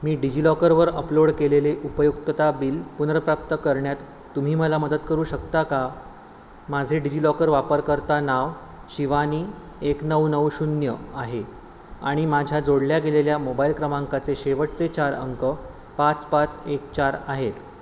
मी डिजि लॉकरवर अपलोड केलेले उपयुक्तता बिल पुनर्प्राप्त करण्यात तुम्ही मला मदत करू शकता का माझे डिजि लॉकर वापरकर्ता नाव शिवानी एक नऊ नऊ शून्य आहे आणि माझ्या जोडल्या गेलेल्या मोबाईल क्रमांकाचे शेवटचे चार अंक पाच पाच एक चार आहेत